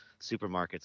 supermarkets